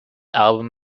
album